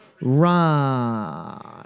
Run